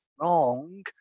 wrong